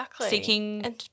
seeking